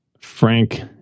Frank